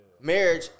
Marriage